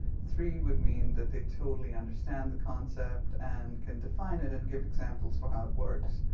three would mean that they totally understand the concept and can define it and give examples for how it works.